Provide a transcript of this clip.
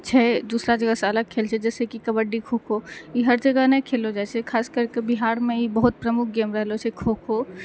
छै दूसरा जगहसँ अलग खेल छै जइसेकि कबड्डी खोखो ई हर जगह नहि खेललऽ जाइ छै खास करिके बिहारमे ई बहुत प्रमुख गेम रहलऽ छै खोखो